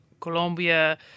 Colombia